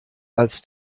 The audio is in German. als